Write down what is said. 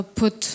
put